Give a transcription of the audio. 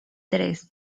tres